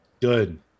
Good